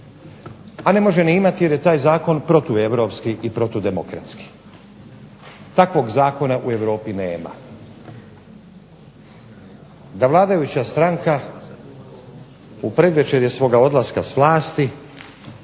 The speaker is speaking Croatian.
a ne može ni imati jer je taj zakon protueuropski i protudemokratski. Takvog zakona u Europi nema. Da vladajuća stranka u predvečerje svoga odlaska s vlasti